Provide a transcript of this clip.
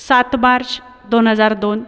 सात मार्च दोन हजार दोन